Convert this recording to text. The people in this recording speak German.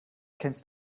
kennst